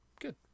Good